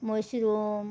mushroom